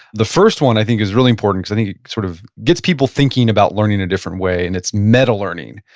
the first one i think is really important because i think it sort of gets people thinking about learning a different way and it's meta learning.